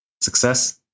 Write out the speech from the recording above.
success